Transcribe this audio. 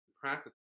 practice